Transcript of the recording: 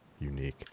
unique